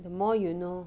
the more you know